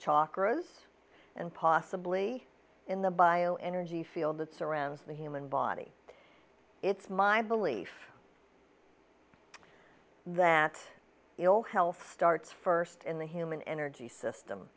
chalk roads and possibly in the bio energy field that surrounds the human body it's my belief that ill health starts first in the human energy system